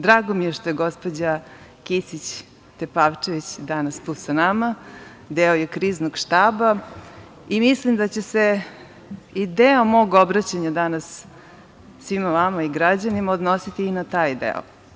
Drago mi je što je gospođa Kisić Tepavčević danas tu sa nama, deo je kriznog štaba i mislim da će se i deo mog obraćanja danas svima vama i građanima odnositi i na taj deo.